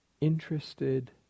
interested